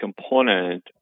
component